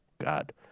God